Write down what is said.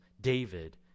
David